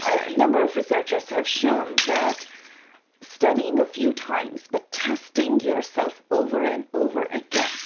a number of researchers have shown that studying a few times but testing yourself over and over again